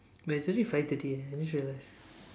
but it's already five thirty eh I just realized